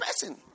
person